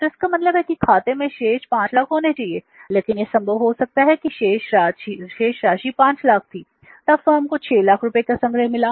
तो इसका मतलब है कि खाते में शेष राशि 500000 होनी चाहिए लेकिन यह संभव हो सकता है कि शेष राशि 500000 थी तब फर्म को 600000 रुपये का संग्रह मिला